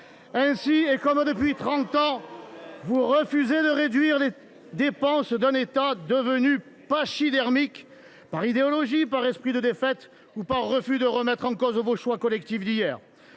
c’est le cas depuis trente ans, vous refusez de réduire les dépenses d’un État devenu pachydermique, par idéologie, par esprit de défaite ou par refus de remettre en cause vos choix collectifs d’hier.